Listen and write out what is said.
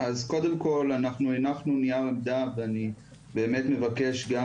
אנחנו הנחנו נייר עמדה ואני באמת מבקש גם